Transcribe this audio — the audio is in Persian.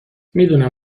میدونم